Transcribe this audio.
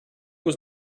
was